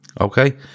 okay